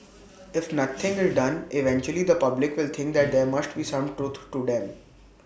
if nothing is done eventually the public will think that there must be some truth to them